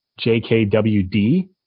jkwd